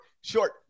short